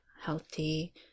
healthy